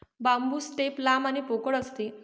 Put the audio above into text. बांबू stem लांब आणि पोकळ असते